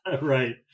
Right